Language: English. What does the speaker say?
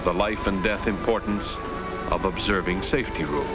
of the life and death importance of observing safety rule